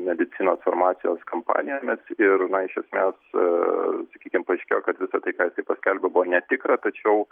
medicinos farmacijos kampanijomis ir na iš esmės aa sakykime paaiškėjo kad visa tai ką ji paskelbė buvo netikra tačiau